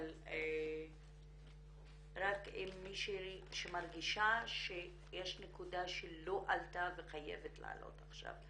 אבל רק אם מישהי שמרגישה שיש נקודה שלא עלתה וחייבת לעלות עכשיו.